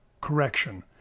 correction